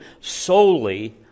solely